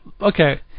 okay